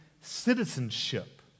citizenship